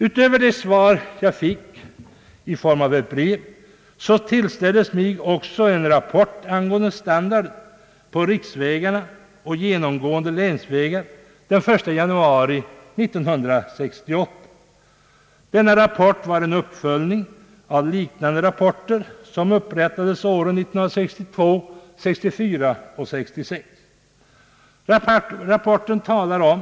Utöver det svar jag fick i form av ett brev tillställdes mig också en rapport angående standarden på riksvägarna och de genomgående länsvägarna den 1 januari 1968. Denna rapport var en uppföljning av liknande rapporter som upprättats åren 1962, 1964 och 1966.